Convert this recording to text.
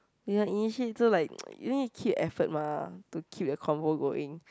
you must initiate so like you need to keep effort mah to keep the convo going